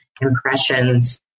impressions